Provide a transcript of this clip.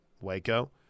Waco